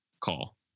call